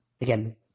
again